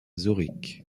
zurich